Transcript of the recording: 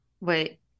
wait